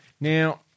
Now